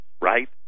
right